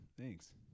Thanks